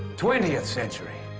twentieth century